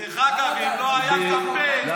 תעזרו לעצמאים הקטנים.